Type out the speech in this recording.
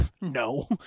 No